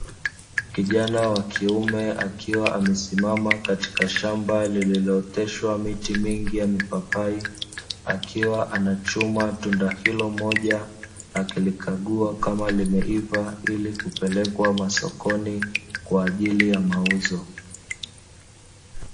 Kijana wa kiume akiwa amesimama katika shamba lililooteshwa miti mingi ya mipapai, akiwa anachuma tunda hilo moja, akilikaguwa kama limeiva, ili kupelekwa masokoni kwa ajili ya mauzo.